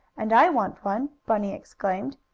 and i want one! bunny exclaimed.